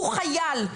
הוא חייל.